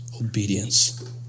obedience